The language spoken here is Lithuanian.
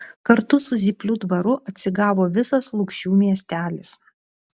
kartu su zyplių dvaru atsigavo visas lukšių miestelis